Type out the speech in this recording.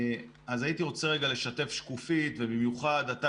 במיוחד אתה,